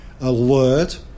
Alert